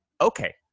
okay